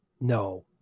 No